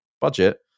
budget